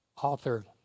Author